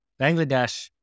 Bangladesh